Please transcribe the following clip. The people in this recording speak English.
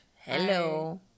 hello